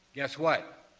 guess what?